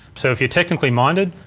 so if you're technically minded,